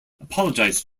apologized